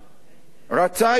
רצה יותר.